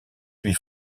huit